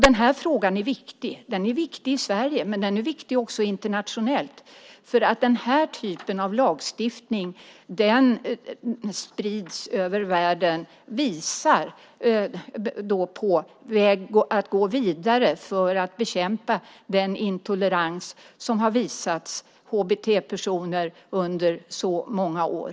Den här frågan är viktig. Den är viktig i Sverige, men den är också viktig internationellt. Den här typen av lagstiftning sprids nämligen över världen och visar då på en väg att gå vidare för att bekämpa den intolerans som har visats HBT-personer under så många år.